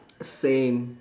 same